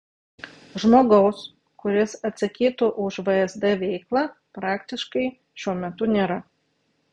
žmogaus kuris atsakytų už vsd veiklą praktiškai šiuo metu nėra